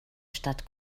stadt